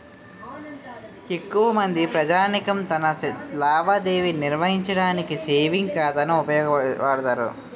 ఎక్కువమంది ప్రజానీకం తమ లావాదేవీ నిర్వహించడానికి సేవింగ్ ఖాతాను వాడుతారు